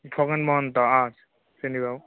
খগেন মহন্ত অ' চিনি পাওঁ